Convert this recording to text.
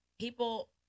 people